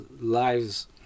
lives